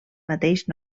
mateix